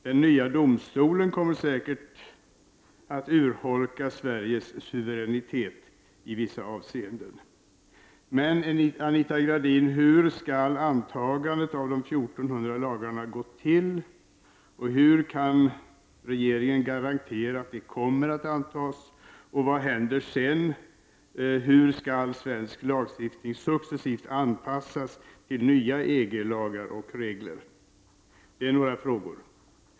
Den nya domstolen kommer säkert att urholka Sveriges suveränitet i vissa avseenden. Men Anita Gradin: Hur skall antagandet av de 1 400 lagarna gå till? Hur kan regeringen garantera att de kommer att antas? Vad händer sedan? Hur skall svensk lagstiftning successivt anpassas till nya EG-lagar och EG-regler? Detta är några frågor.